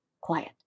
quiet